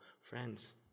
Friends